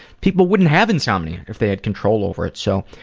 people wouldn't have insomnia if they had control over it so,